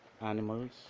animals